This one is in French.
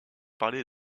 parlé